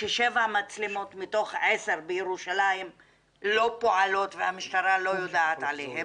ששבע מצלמות מתוך עשר בירושלים לא פועלות והמשטרה לא יודעת עליהן